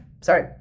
sorry